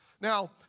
Now